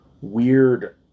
weird